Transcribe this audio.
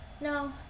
no